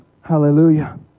Hallelujah